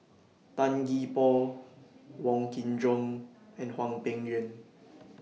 Tan Gee Paw Wong Kin Jong and Hwang Peng Yuan